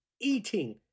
eating